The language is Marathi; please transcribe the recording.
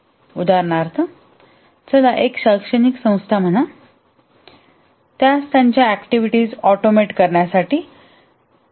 उदाहरणार्थ चला एक शैक्षणिक संस्था म्हणा त्यास त्यांच्या ऍक्टिव्हिटीजऑटोमेट करण्याची आवश्यकता आहे